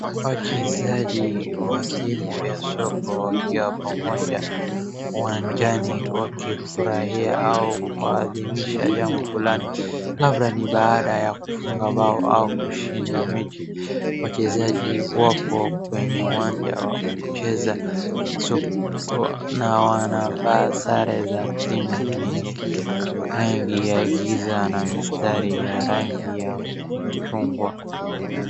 Wachezaji wa timu ya soka wakiwa pamoja uwanjani, wakifurahia au kuadhinisha jambo fulani. Labda ni baada ya kufunga mbao ama kushinda mechi. Wachezaji wako kwa uwanja wa kucheza sokwa na wamevaa sare yenye rangi ya giza na mistari yenye rangi ya chungwa.